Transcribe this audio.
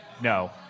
no